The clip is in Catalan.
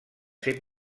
ser